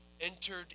entered